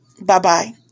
Bye-bye